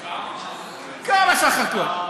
כמה סך הכול?